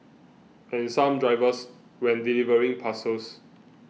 and some drivers when delivering parcels